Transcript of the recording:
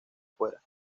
fuera